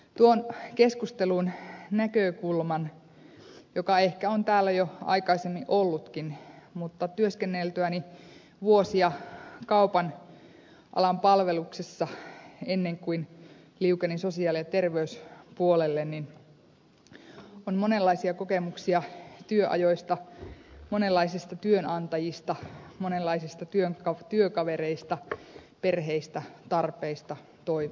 tuon keskusteluun näkökulman joka ehkä on täällä jo aikaisemmin ollutkin mutta työskenneltyäni vuosia kaupan alan palveluksessa ennen kuin liukenin sosiaali ja terveyspuolelle minulla on monenlaisia kokemuksia työajoista monenlaisista työnantajista monenlaisista työkavereista perheistä tarpeista toiveista